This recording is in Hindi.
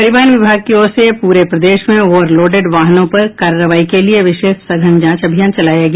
परिवहन विभाग की ओर से पूरे प्रदेश में ओवरलोडेड वाहनों पर कार्रवाई के लिये विशेष सघन जांच अभियान चलाया गया